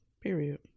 Period